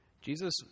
Jesus